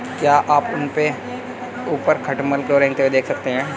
क्या आप अपने ऊपर खटमल को रेंगते हुए देख सकते हैं?